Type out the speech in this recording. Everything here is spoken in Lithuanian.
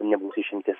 nebus išimtis